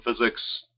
physics